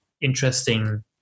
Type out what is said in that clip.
interesting